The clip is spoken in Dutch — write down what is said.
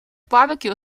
barbecue